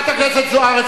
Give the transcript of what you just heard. חברת הכנסת זוארץ,